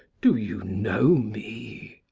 do you know me?